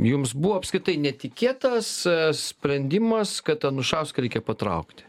jums buvo apskritai netikėtas sprendimas kad anušauską reikia patraukti